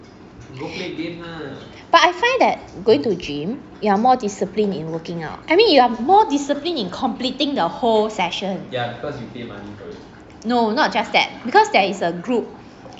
but I find that going to gym you are more disciplined in working out I mean you are more disciplined in completing the whole session no not just that because there is a group